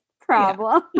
problem